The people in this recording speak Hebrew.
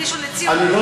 בראשון-לציון,